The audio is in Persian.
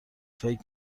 فکر